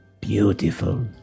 beautiful